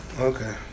okay